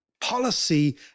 policy